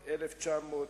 ברוך השם,